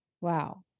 Wow